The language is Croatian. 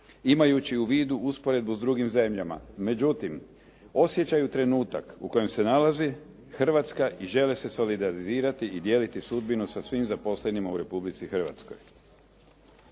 imajući u vidu usporedbu s drugim zemljama. Međutim, osjećaju trenutak u kojem se nalazi Hrvatska i žele se solidarizirati i dijeliti sudbinu sa svim zaposlenima u Republici Hrvatskoj.